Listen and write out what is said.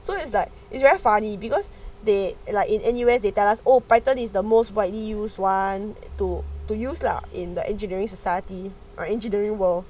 so it's like it's very funny because they like in N_U_D they tell us oh python is the most widely used [one] to to use lah in the engineering society or engineering world